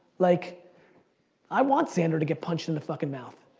like i want xander to get punched in the fucking mouth.